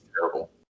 terrible